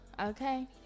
Okay